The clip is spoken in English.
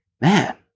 man